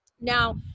Now